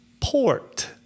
port